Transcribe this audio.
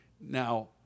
Now